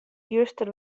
juster